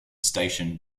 station